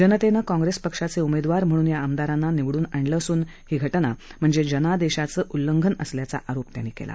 जनतेनं काँग्रेस पक्षाचे उमेदवार म्हणून या आमदारांना निवडून आणलं असून ही घटना म्हणजे जनादेशाचा उल्लंघन असल्याचा आरोप त्यांनी केला